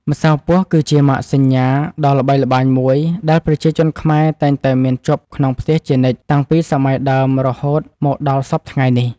ម្សៅពស់គឺជាម៉ាកសញ្ញាដ៏ល្បីល្បាញមួយដែលប្រជាជនខ្មែរតែងតែមានជាប់ក្នុងផ្ទះជានិច្ចតាំងពីសម័យដើមរហូតមកដល់សព្វថ្ងៃនេះ។